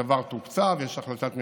הדבר תוקצב, יש החלטת ממשלה,